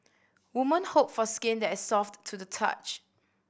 women hope for skin that soft to the touch